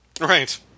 Right